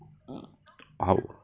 !wow!